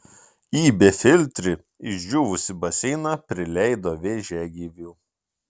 į befiltrį išdžiūvusį baseiną prileido vėžiagyvių